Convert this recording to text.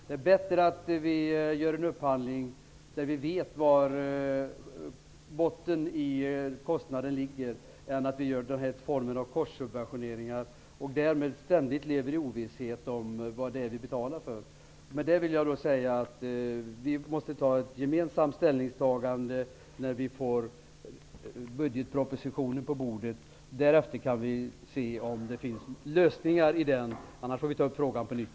Det är bättre att vi gör en upphandling där vi vet var botten i kostnaden ligger än att vi genomför den här formen av korssubventioneringar och därmed ständigt lever i ovisshet om vad det är vi betalar för. Med detta vill jag säga att vi gemensamt måste ta ställning till detta när vi får budgetpropositionen på våra bord och kan se om det där finns några lösningar. Om så inte är fallet, får vi ta upp frågan på nytt.